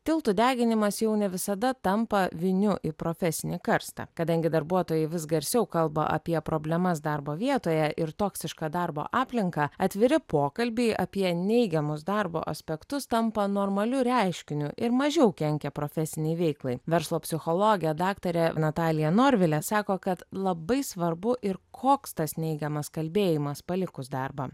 tiltų deginimas jau ne visada tampa viniu į profesinį karstą kadangi darbuotojai vis garsiau kalba apie problemas darbo vietoje ir toksišką darbo aplinką atviri pokalbiai apie neigiamus darbo aspektus tampa normaliu reiškiniu ir mažiau kenkia profesinei veiklai verslo psichologė daktarė natalija norvilė sako kad labai svarbu ir koks tas neigiamas kalbėjimas palikus darbą